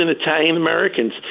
Italian-Americans